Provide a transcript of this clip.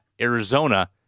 Arizona